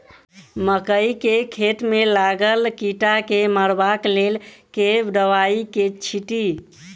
मकई केँ घेँट मे लागल कीड़ा केँ मारबाक लेल केँ दवाई केँ छीटि?